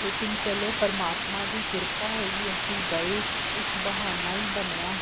ਲੇਕਿਨ ਚਲੋ ਪਰਮਾਤਮਾ ਦੀ ਕਿਰਪਾ ਹੋਈ ਅਸੀਂ ਗਏ ਇੱਕ ਬਹਾਨਾ ਹੀ ਬਣਿਆ